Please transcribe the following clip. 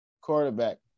quarterback